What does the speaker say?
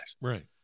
Right